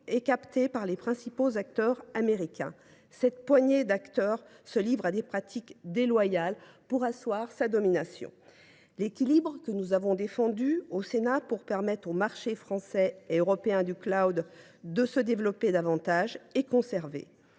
est captée par les principaux acteurs américains, une poignée de sociétés qui se livrent à des pratiques déloyales pour asseoir leur domination. L’équilibre que nous avons défendu au Sénat pour permettre aux marchés français et européen du de se développer davantage a été préservé.